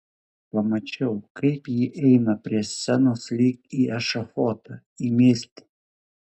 pamačiau kaip ji eina prie scenos lyg į ešafotą į mirtį